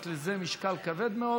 יש לזה משקל כבד מאוד.